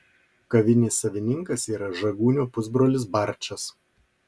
kavinės savininkas yra žagūnio pusbrolis barčas